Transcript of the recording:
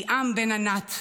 ליאם בן ענת,